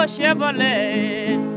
Chevrolet